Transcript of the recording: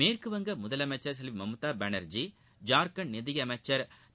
மேற்கு வங்க முதலமைச்சள் செல்வி மம்தா பானர்ஜி ஜார்கண்ட் நிதியமைச்சர் திரு